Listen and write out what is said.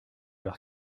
leur